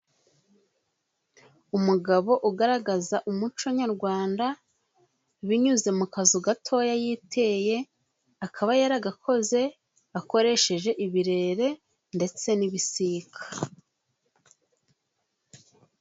Umugabo ugaragaza umuco nyarwanda binyuze mu kazu gatoya yiteye, akaba yaragakoze akoresheje ibirere ndetse n'ibisika.